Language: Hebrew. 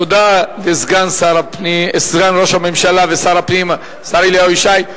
תודה לסגן ראש הממשלה ושר הפנים השר אליהו ישי.